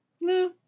No